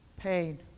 pain